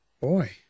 Boy